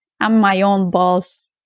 I'm-my-own-boss